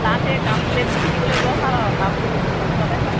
তাত সেই কাপ প্লেটবোৰ কিনিবলৈ বৰ ভাল আৰু কাপবোৰ বহুত সস্তাতে পায়